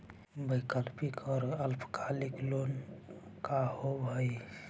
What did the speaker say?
वैकल्पिक और अल्पकालिक लोन का होव हइ?